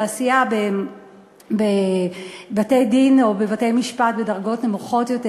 בעשייה בבתי-דין או בבתי-משפט בדרגות נמוכות יותר,